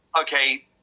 okay